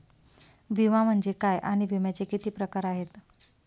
विमा म्हणजे काय आणि विम्याचे किती प्रकार आहेत?